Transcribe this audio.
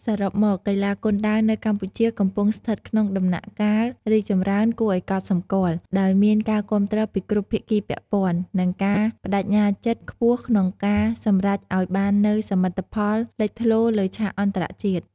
សរុបមក កីឡាគុនដាវនៅកម្ពុជាកំពុងស្ថិតក្នុងដំណាក់កាលរីកចម្រើនគួរឱ្យកត់សម្គាល់ ដោយមានការគាំទ្រពីគ្រប់ភាគីពាក់ព័ន្ធ និងការប្តេជ្ញាចិត្តខ្ពស់ក្នុងការសម្រេចអោយបាននូវសមិទ្ធផលលេចធ្លោលើឆាកអន្តរជាតិ។